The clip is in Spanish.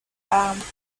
amplios